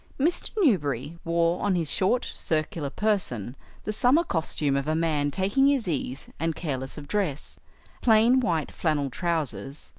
mr. newberry wore on his short circular person the summer costume of a man taking his ease and careless of dress plain white flannel trousers,